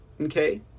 okay